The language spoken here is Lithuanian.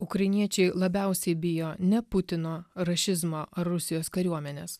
ukrainiečiai labiausiai bijo ne putino rašizmo ar rusijos kariuomenės